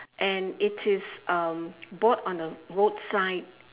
and it is um bought on a road side